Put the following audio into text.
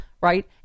right